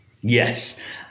yes